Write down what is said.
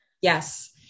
Yes